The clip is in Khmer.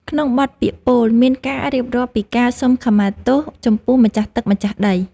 ក្នុងបទពាក្យពោល មានការរៀបរាប់ពីការសុំខមាទោសចំពោះម្ចាស់ទឹកម្ចាស់ដី។